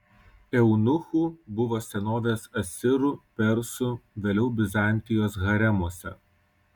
eunuchų buvo senovės asirų persų vėliau bizantijos haremuose